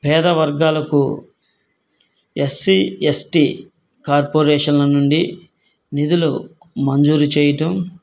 పేద వర్గాలకు ఎస్సిఎస్టి కార్పొరేషన్ల నుండి నిధులు మంజూరి చేయటం